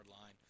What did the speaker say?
line